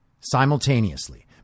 simultaneously